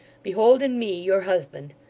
behold in me, your husband.